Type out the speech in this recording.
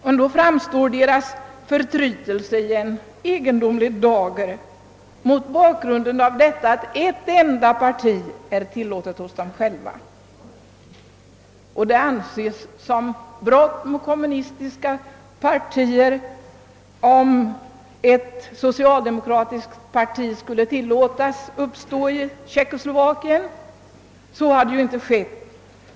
Östyskarnas =+förtrytelse framstår alltså i en egendomlig dager mot bakgrunden av att endast ett enda parti är tillåtet hos dem själva. Det ansågs vara ett brott mot de kommunistiska partierna, om ett socialdemokratiskt parti skulle tillåtas uppstå i Tjeckoslovakien. Så hade emellertid inte skett.